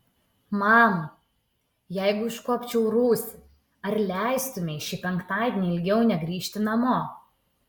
mama jeigu iškuopčiau rūsį ar leistumei šį penktadienį ilgiau negrįžti namo